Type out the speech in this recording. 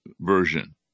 version